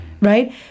right